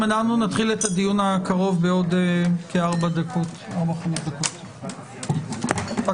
הישיבה ננעלה בשעה 11:36.